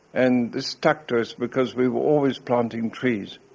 and this stuck to us because we were always planting trees.